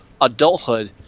adulthood